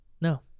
No